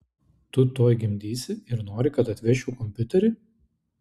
tu tuoj gimdysi ir nori kad atvežčiau kompiuterį